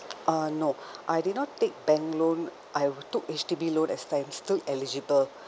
uh no I did not take bank loan I took H_D_B loan as I'm still eligible